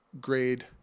grade